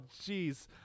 jeez